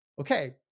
okay